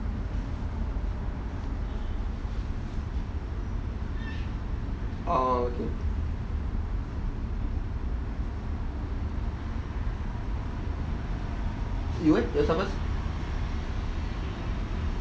orh okay you leh you want to start first